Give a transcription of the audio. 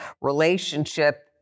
relationship